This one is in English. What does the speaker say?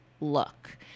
look